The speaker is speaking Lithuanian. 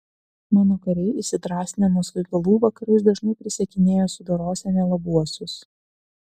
mano kariai įsidrąsinę nuo svaigalų vakarais dažnai prisiekinėja sudorosią nelabuosius